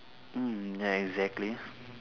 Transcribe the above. mm ya exactly